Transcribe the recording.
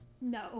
no